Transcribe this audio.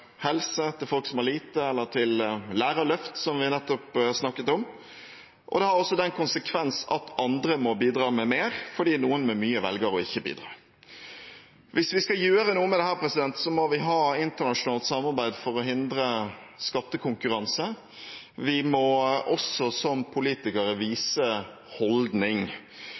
helse, til folk som har lite, eller til lærerløft, som vi nettopp snakket om, og det har også den konsekvens at andre må bidra med mer, fordi noen med mye velger ikke å bidra. Hvis vi skal gjøre noe med dette, må vi ha internasjonalt samarbeid for å hindre skattekonkurranse. Vi må også som politikere vise holdning.